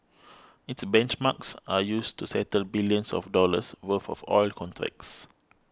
its benchmarks are used to settle billions of dollars worth of oil contracts